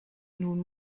nun